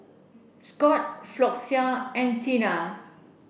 Scott Floxia and Tena